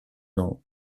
nom